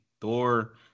Thor